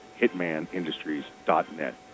Hitmanindustries.net